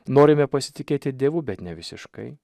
norime pasitikėti dievu bet ne visiškai